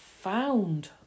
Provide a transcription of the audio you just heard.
found